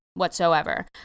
whatsoever